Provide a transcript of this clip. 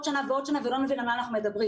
שנה ועוד שנה ולא נבין על מה אנחנו מדברים.